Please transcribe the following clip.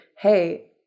Hey